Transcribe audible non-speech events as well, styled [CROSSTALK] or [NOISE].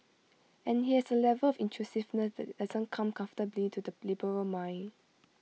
and IT has A level of intrusiveness [UNINTELLIGIBLE] that doesn't come comfortably to the liberal mind